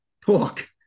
talk